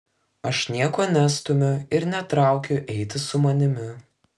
aš nieko nestumiu ir netraukiu eiti su manimi